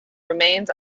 remains